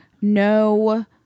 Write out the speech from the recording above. no